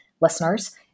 listeners